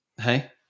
Hey